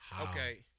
okay